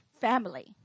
family